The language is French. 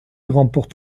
remporte